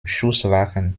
schusswaffen